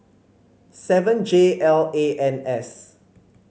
seven J L A N S